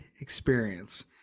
experience